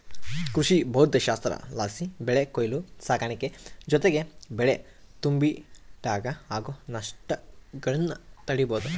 ಕೃಷಿಭೌದ್ದಶಾಸ್ತ್ರಲಾಸಿ ಬೆಳೆ ಕೊಯ್ಲು ಸಾಗಾಣಿಕೆ ಜೊತಿಗೆ ಬೆಳೆ ತುಂಬಿಡಾಗ ಆಗೋ ನಷ್ಟಗುಳ್ನ ತಡೀಬೋದು